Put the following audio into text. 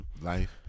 Life